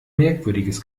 merkwürdiges